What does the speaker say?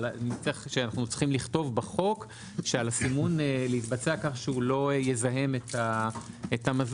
שאנחנו צריכים לכתוב בחוק שעל הסימון להתבצע כך שהוא לא יזהם את המזון.